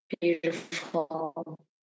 beautiful